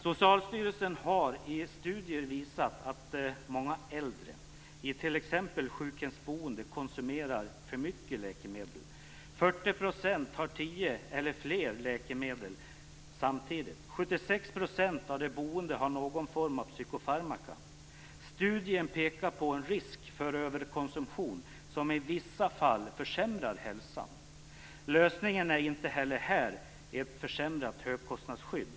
Socialstyrelsen har i studier visat att många äldre i t.ex. sjukhemsboende konsumerar för mycket läkemedel - 40 % har tio eller fler läkemedel samtidigt, och 76 % av de boende har någon form av psykofarmaka. Studien pekar på en risk för överkonsumtion som i vissa fall försämrar hälsan. Lösningen är inte heller här ett försämrat högkostnadsskydd.